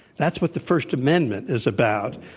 that's what the first amendment is about.